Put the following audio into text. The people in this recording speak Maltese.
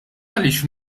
għaliex